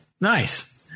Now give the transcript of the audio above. Nice